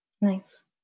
Nice